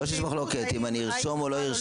לא שיש מחלוקת, אם אני ארשום או לא ארשום.